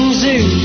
zoo